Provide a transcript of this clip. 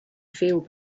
feel